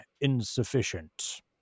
insufficient